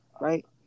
right